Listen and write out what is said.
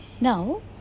Now